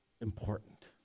important